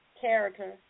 character